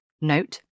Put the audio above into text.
Note